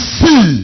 see